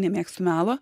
nemėgstu melo